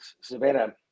Savannah